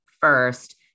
first